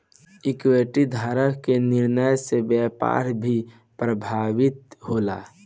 equity धारक के निर्णय से व्यापार भी प्रभावित होला